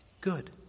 good